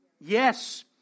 Yes